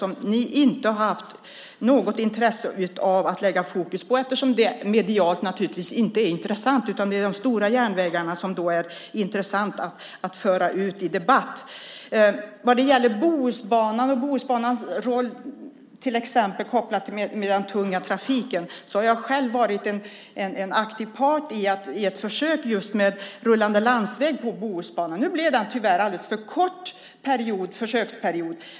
Men ni har inte haft något intresse av att lägga fokus på det, eftersom det inte är medialt intressant utan det är de stora järnvägarna som det är intressant att föra ut i debatt. Vad gäller Bohusbanan och Bohusbanans roll kopplat till exempel till den tunga trafiken har jag själv varit en aktiv part i ett försök just med rullande landsväg på Bohusbanan. Nu blev det tyvärr en alldeles för kort försöksperiod.